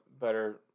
better